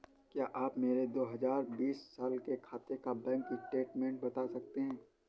क्या आप मेरे दो हजार बीस साल के खाते का बैंक स्टेटमेंट बता सकते हैं?